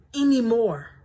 anymore